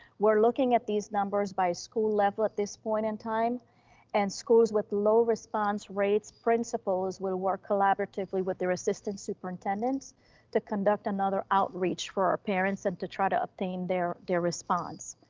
we're looking at these numbers by school level at this point in time and schools with low response rates, principals would work collaboratively with their assistant superintendents to conduct another outreach for our parents and to try to obtain their their response.